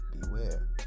beware